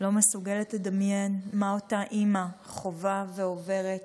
לא מסוגלת לדמיין מה אותה אימא חווה ועוברת